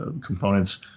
components